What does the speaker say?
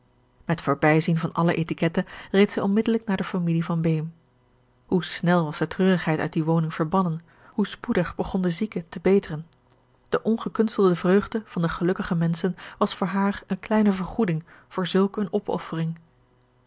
met voorbijzien van alle étiquette reed zij onmiddelijk naar de familie van beem hoe snel was de treurigheid uit die woning verbannen hoe spoedig begon de zieke te beteren de ongekunstelde vreugde van de gelukkige menschen was voor haar eene kleine vergoeding voor zulk eene opoffering